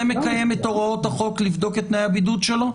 זה מקיים את הוראות החוק לבדוק את תנאי הבידוד שלו?